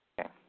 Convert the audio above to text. Okay